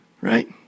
right